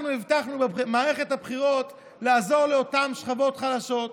אנחנו הבטחנו לו במערכת הבחירות לעזור לאותן שכבות חלשות,